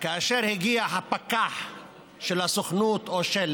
כאשר הגיע הפקח של הסוכנות או של